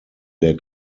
der